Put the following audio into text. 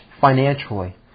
financially